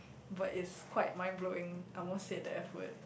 but it's quite mind blowing I almost say the F word